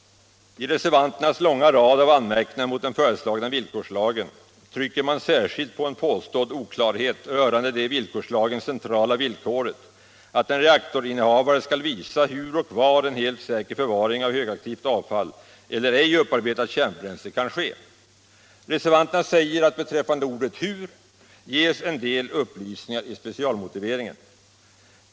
I reservanternas långa rad av anmärkningar mot den föreslagna villkorslagen trycker man särskilt på en påstådd oklarhet rörande det i villkorslagen centrala villkoret att en reaktorinnehavare skall visa ”hur och var” en helt säker förvaring av högaktivt avfall eller ej upparbetat kärnbränsle kan ske. Reservanterna säger att beträffande ”ordet ”hur' ges en del upplysningar i specialmotiveringen”.